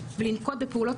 ולנקוט בפעולות